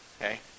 okay